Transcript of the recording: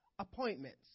appointments